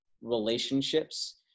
relationships